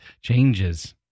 Changes